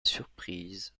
surprise